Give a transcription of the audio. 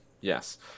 yes